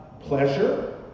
pleasure